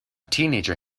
teenager